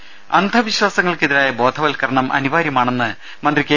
രദ്ദേഷ്ടങ അന്ധവിശ്വാസങ്ങൾക്കെതിരായ ബോധവത്കരണം അനിവാര്യമാണെന്ന് മന്ത്രി കെ